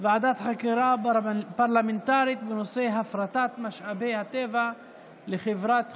ועדת חקירה פרלמנטרית בנושא הפרטת משאבי הטבע לחברת כי"ל.